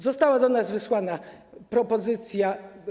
Została do nas wysłana propozycja.